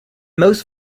most